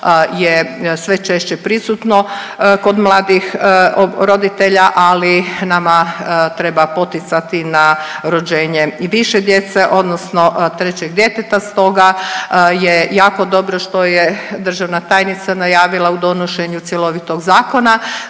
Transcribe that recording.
je sve češće prisutno kod mladih roditelja, ali nama treba poticati na rođenje i više djece odnosno trećeg djeteta. Stoga je jako dobro što je državna tajnica najavila u donošenju cjelovitog zakona